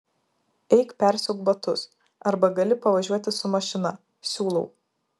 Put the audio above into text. eik persiauk batus arba gali pavažiuoti su mašina siūlau